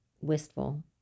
wistful